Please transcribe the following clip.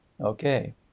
Okay